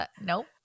Nope